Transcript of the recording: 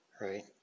right